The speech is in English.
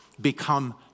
become